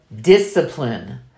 discipline